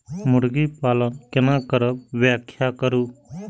मुर्गी पालन केना करब व्याख्या करु?